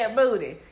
booty